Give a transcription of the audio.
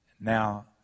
Now